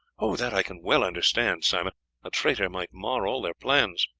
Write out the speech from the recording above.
that i can well understand, simon a traitor might mar all their plans.